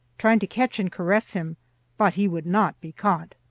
trying to catch and caress him but he would not be caught.